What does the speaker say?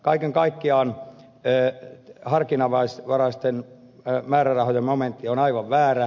kaiken kaikkiaan harkinnanvaraisten määrärahojen momentti on aivan väärä